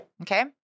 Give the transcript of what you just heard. Okay